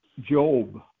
Job